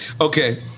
Okay